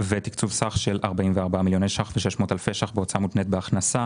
תקצוב סך של 44,600 אלפי שקלים בהוצאה מותנית בהכנסה